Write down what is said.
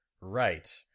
Right